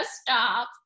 stop